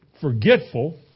forgetful